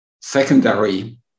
secondary